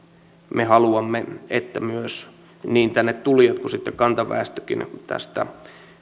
me haluamme että niin tänne tulijat kuin sitten kantaväestökin tästä